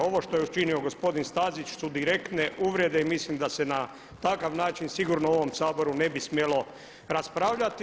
Ovo što je učinio gospodin Stazić su direktne uvrede i mislim da se na takav način sigurno u ovom Saboru ne bi smjelo raspravljati.